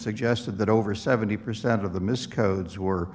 suggested that over seventy percent of the mis codes were